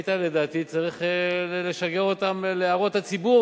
היית לדעתי צריך לשגר אותם להערות הציבור